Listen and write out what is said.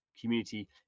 community